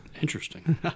Interesting